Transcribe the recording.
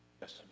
Yes